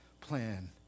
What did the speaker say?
plan